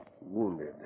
Wounded